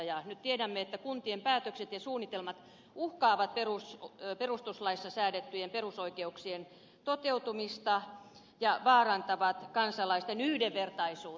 nyt tiedämme että kuntien päätökset ja suunnitelmat uhkaavat perustuslaissa säädettyjen perusoikeuksien toteutumista ja vaarantavat kansalaisten yhdenvertaisuutta